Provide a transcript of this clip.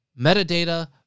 metadata